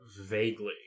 vaguely